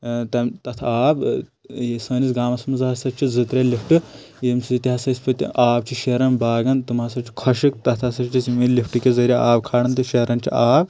ٲں تَمہِ تتھ آب ٲں یہِ سٲنِس گامَس منٛز ہسا چھِ زٕ ترٛےٚ لِفٹہٕ ییٚمہِ سۭتۍ ہسا أسۍ پٔتۍ آب چھِ شیران باغَن تِم ہسا چھِ خۄشِک تتھ ہسا چھِ أسۍ یِمیٚے لِفٹہٕ کہِ ذٔریعہٕ آب کھالان تہٕ شیران چھِ آب